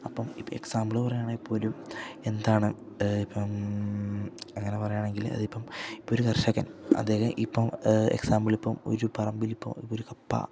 അപ്പം ഇപ്പം എക്സാമ്പിൾ പറയാണെങ്കിൽ ഇപ്പം ഒരു എന്താണ് ഇപ്പം അങ്ങനെ പറയാണെങ്കിൽ അതിപ്പം ഇപ്പം ഒരു കർഷകൻ അദ്ദേഹം ഇപ്പം എക്സാമ്പിളിപ്പം ഒരു പറമ്പിൽ ഇപ്പം ഒരു കപ്പ